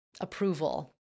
approval